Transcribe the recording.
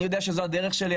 אני יודע שזו הדרך שלי.